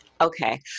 okay